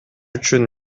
үчүн